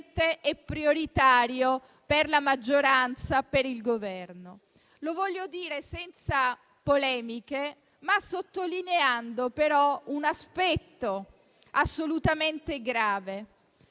e prioritario per la maggioranza e per il Governo. Lo voglio dire senza polemiche, ma sottolineando un aspetto assolutamente grave: